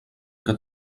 que